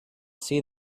see